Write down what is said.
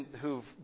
who've